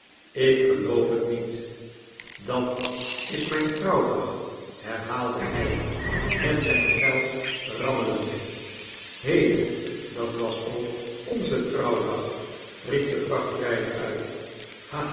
ik geloof het ndet dat is nxqn troawdag herhaalde hij met zijn geld rammelende he dat was ook omze trouwdag riep de vraohtrijder uit